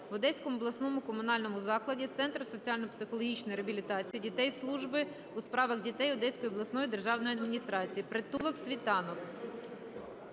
в Одеському обласному комунальному закладі "Центр соціально-психологічної реабілітації дітей Служби у справах дітей Одеської обласної державної адміністрації" (притулок "Світанок").